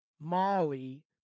Molly